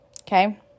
Okay